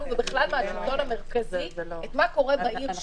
ובכלל בשלטון המרכזי מה קורה בעיר שלו,